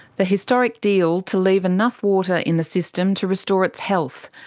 the historic deal to leave enough water in the system to restore its health.